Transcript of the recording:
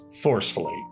Forcefully